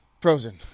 Frozen